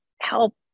help